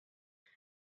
sich